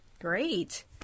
Great